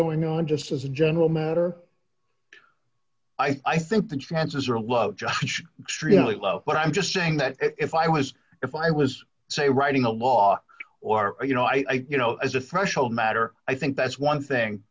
going on just as a general matter i think the chances are low judge extremely low but i'm just saying that if i was if i was say writing a law or you know i you know as a threshold matter i think that's one thing